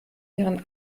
ihren